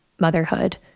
motherhood